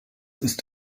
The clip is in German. ist